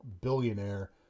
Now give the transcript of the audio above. billionaire